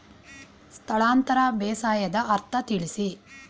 ಸ್ಥಳಾಂತರ ಬೇಸಾಯದ ಅರ್ಥ ತಿಳಿಸಿ?